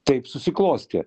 taip susiklostė